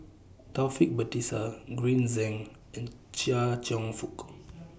Taufik Batisah Green Zeng and Chia Cheong Fook